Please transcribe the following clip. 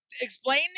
explain